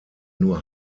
nur